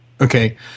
Okay